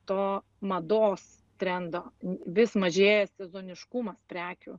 to mados trendo vis mažėja sezoniškumas prekių